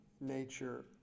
nature